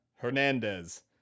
Hernandez